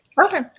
okay